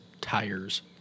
Tires